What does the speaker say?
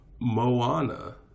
Moana